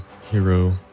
Hero